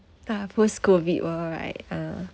ah post COVID what ah